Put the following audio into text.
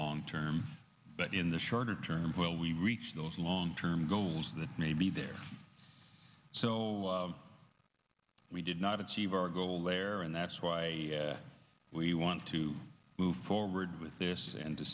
long term but in the shorter term foyle we reach those long term goals that may be there so we did not achieve our goal there and that's why we want to move forward with this and to